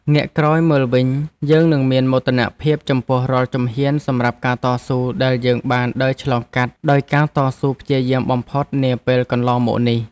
ងាកក្រោយមើលវិញយើងនឹងមានមោទនភាពចំពោះរាល់ជំហានសម្រាប់ការតស៊ូដែលយើងបានដើរឆ្លងកាត់ដោយការតស៊ូព្យាយាមបំផុតនាពេលកន្លងមកនេះ។